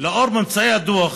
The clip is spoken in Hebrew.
לאור ממצאי הדוח